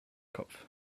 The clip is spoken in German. kopf